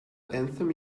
anthem